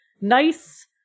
nice